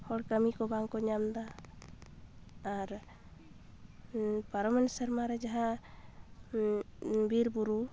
ᱦᱚᱲ ᱠᱟᱹᱢᱤ ᱠᱚ ᱵᱟᱝᱠᱚ ᱧᱟᱢ ᱮᱫᱟ ᱟᱨ ᱯᱟᱨᱚᱢᱮᱱ ᱥᱮᱨᱢᱟᱨᱮ ᱡᱟᱦᱟᱸ ᱵᱤᱨ ᱵᱩᱨᱩ